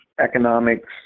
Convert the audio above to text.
economics